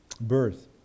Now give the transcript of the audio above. birth